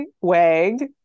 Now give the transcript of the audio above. WAG